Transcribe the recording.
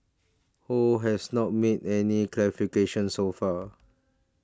Ho has not made any clarifications so far